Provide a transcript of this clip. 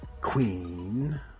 queen